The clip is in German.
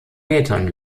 metern